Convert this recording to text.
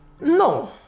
No